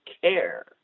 care